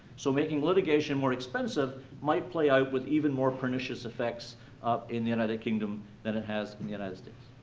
so making litigation more expensive might play out with even more pernicious effects um in the united kingdom than it has in the united states.